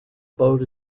boat